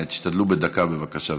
תשתדלו בדקה, בבקשה.